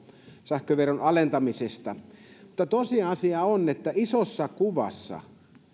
sähköveron alentamisesta mutta tosiasia on että isossa kuvassa